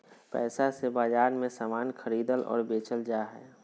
पैसा से बाजार मे समान खरीदल और बेचल जा हय